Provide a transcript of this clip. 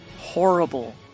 horrible